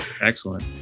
excellent